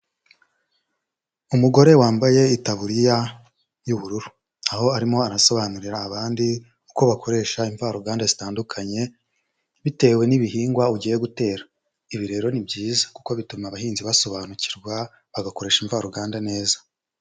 Umugore wambaye itaburiya y'ubururu, aho arimo arasobanurira abandi uko bakoresha imvaruganda zitandukanye, bitewe n'ibihingwa ugiye gutera. Ibi rero ni byiza kuko bituma abahinzi basobanukirwa, bagakoresha imvaruganda neza.